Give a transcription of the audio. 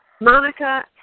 Monica